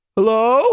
Hello